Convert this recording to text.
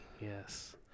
Yes